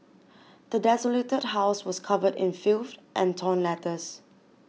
the desolated house was covered in filth and torn letters